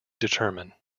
determine